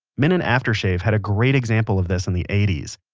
mennen after shave had a great example of this in the eighty s